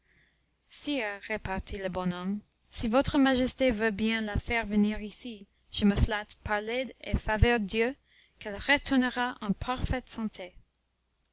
sire repartit le bon homme si votre majesté veut bien la faire venir ici je me flatte par l'aide et faveur dieu qu'elle retournera en parfaite santé